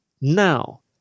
Now